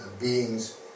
beings